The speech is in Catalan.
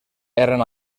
eren